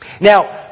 Now